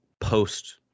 post